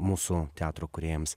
mūsų teatro kūrėjams